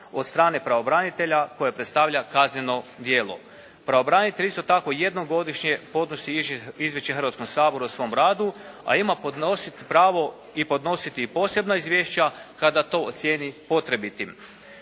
od strane pravobranitelja koje predstavlja kazneno djelo. Pravobranitelj isto tako jednom godišnje podnosi izvješće Hrvatskom saboru o svom radu, a ima podnosit pravo i podnositi posebna izvješća kada to ocijeni potrebitim.